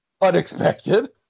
unexpected